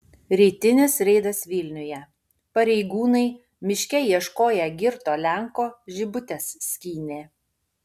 rytinis reidas vilniuje pareigūnai miške ieškoję girto lenko žibutes skynė